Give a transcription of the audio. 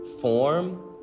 form